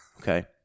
Okay